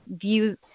view